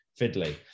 fiddly